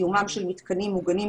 קיומם של מתקנים מוגנים,